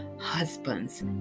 husbands